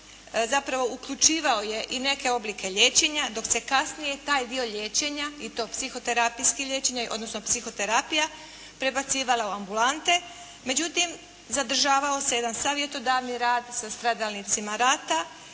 zapravo uključivao je i neke oblike liječenja, dok se kasnije taj dio liječenja i to psihoterapijskih liječenja, odnosno psihoterapija prebacivala u ambulante, međutim zadržavao se jedan savjetodavni rad sa stradalnicima rata